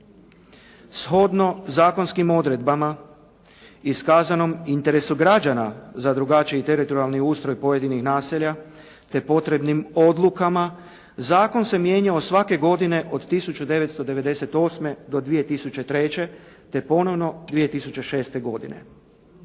Shodno zakonskim odredbama i iskazanom interesu građana za drugačiji teritorijalni ustroj pojedinih naselja te potrebnim odlukama, zakon se mijenjao svake godine od 1998. do 2003. te ponovno 2006. godine.